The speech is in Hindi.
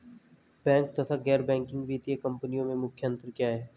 बैंक तथा गैर बैंकिंग वित्तीय कंपनियों में मुख्य अंतर क्या है?